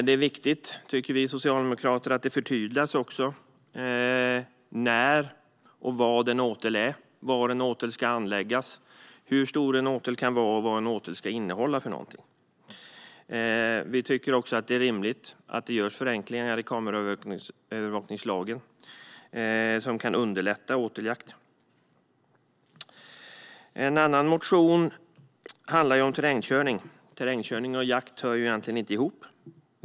Vi socialdemokrater tycker att det är viktigt att det förtydligas när och var en åtel ska anläggas, hur stor en åtel kan vara och vad en åtel ska innehålla för någonting. Vi tycker också att det är rimligt att det görs förenklingar i kameraövervakningslagen som kan underlätta åteljakt. En annan motion handlar om terrängkörning. Terrängkörning och jakt hör egentligen inte ihop.